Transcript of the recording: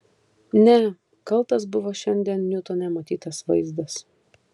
ne kaltas buvo šiandien niutone matytas vaizdas